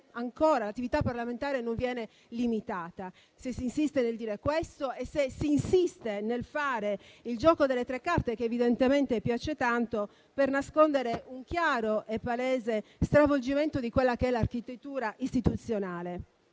che l'attività parlamentare non viene limitata; se si insiste nel dire questo e se si insiste nel fare il gioco delle tre carte, che evidentemente piace tanto, per nascondere un chiaro e palese stravolgimento di quella che è l'architettura istituzionale.